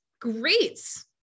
great